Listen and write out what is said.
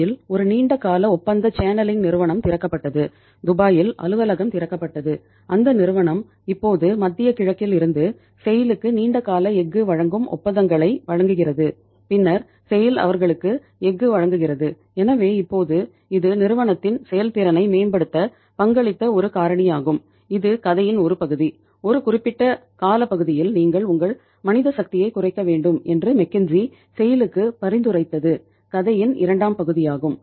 துபாயில் க்கு பரிந்துரைத்தது கதையின் இரண்டாம் பகுதி ஆகும்